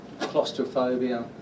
claustrophobia